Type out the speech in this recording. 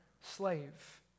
slave